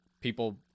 people